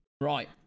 right